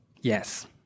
yes